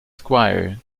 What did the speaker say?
squire